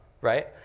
right